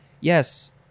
Yes